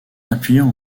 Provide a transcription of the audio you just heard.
appuyant